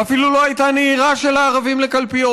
ואפילו לא הייתה נהירה של הערבים לקלפיות,